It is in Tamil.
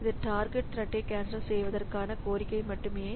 இது டார்கெட் த்ரெட்டை கேன்சல் செய்வதற்கான கோரிக்கை மட்டுமே